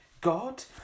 God